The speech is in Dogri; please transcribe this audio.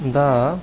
दा